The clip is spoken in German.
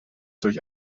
durch